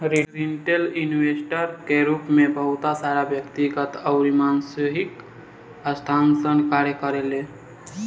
retail investor के रूप में बहुत सारा व्यक्तिगत अउरी सामूहिक संस्थासन कार्य करेले